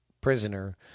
prisoner